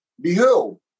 Behold